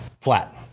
Flat